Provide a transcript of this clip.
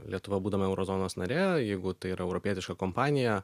lietuva būdama euro zonos narė jeigu tai yra europietiška kompanija